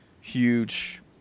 huge